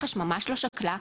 מח"ש ממש לא שקלה.